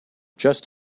just